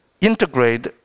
integrate